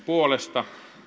puolesta teille